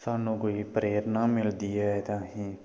सानूं कोई प्रेरणा मिलदी ऐ ते असीं